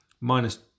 Minus